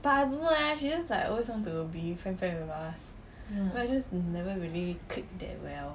but I don't know eh she just like always want to be friend friend with us but I just never really click that well